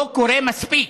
לא קורה מספיק.